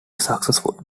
successful